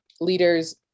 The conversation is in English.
leaders